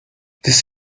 this